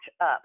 up